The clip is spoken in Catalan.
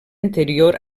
anterior